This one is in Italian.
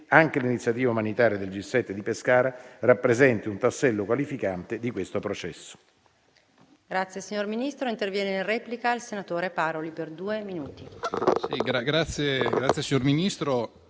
anche l'iniziativa umanitaria del G7 di Pescara rappresenti un tassello qualificante di questo processo.